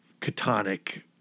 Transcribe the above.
catonic